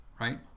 right